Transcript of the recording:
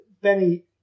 Benny